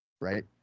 right